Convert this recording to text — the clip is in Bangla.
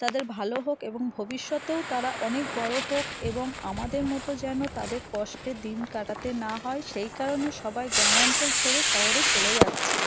তাদের ভালো হোক এবং ভবিষ্যতেও তারা অনেক বড় হোক এবং আমাদের মতো যেন তাদের কষ্টে দিন কাটাতে না হয় সেই কারণে সবাই গ্রামাঞ্চল ছেড়ে শহরে চলে যাচ্ছে